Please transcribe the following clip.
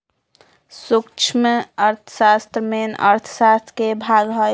सूक्ष्म अर्थशास्त्र मेन अर्थशास्त्र के भाग हई